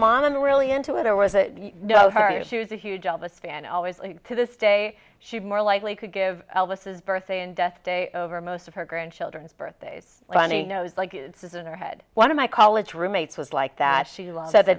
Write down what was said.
mom i'm really into it or was it you know her she was a huge elvis fan always to this day she's more likely could give elvis's birthday and death day over most of her grandchildren's birthdays runny nose like it says in her head one of my college roommates was like that she loved the